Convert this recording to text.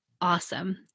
Awesome